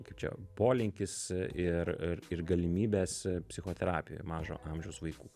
kaip čia polinkis ir ir ir galimybės psichoterapijoj mažo amžiaus vaikų